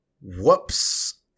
whoops